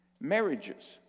Marriages